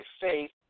faith